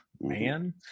man